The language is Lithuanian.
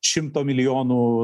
šimto milijonų